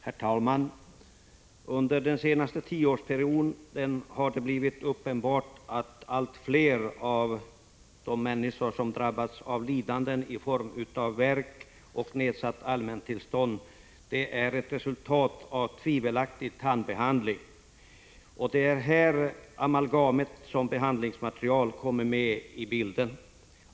Herr talman! Under den senaste tioårsperioden har det blivit uppenbart att allt fler människor har drabbats av lidande i form av värk och nedsatt allmänhälsotillstånd såsom ett resultat av tvivelaktig tandbehandling. Det är i detta sammanhang som amalgam som behandlingsmaterial kommer in i bilden.